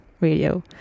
radio